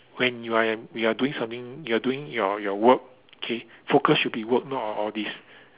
when you are in you are doing something you are doing your your work K focus should be work not on all this